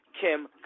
Kim